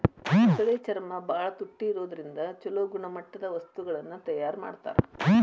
ಮೊಸಳೆ ಚರ್ಮ ಬಾಳ ತುಟ್ಟಿ ಇರೋದ್ರಿಂದ ಚೊಲೋ ಗುಣಮಟ್ಟದ ವಸ್ತುಗಳನ್ನ ತಯಾರ್ ಮಾಡ್ತಾರ